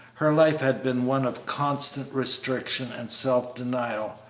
her life had been one of constant restriction and self-denial.